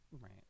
Right